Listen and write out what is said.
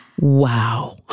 Wow